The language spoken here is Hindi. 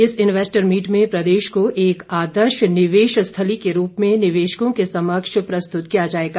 इस इन्वेस्टर मीट में प्रदेश को एक आदर्श निवेश स्थली के रूप में निवेशकों के समक्ष प्रस्तुत किया जाएगा